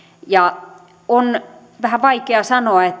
on vähän vaikea sanoa